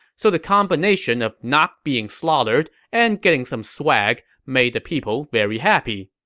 so the combination of not being slaughtered and getting some swag made the people very happy.